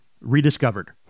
rediscovered